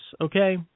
okay